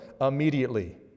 Immediately